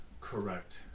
correct